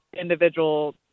individual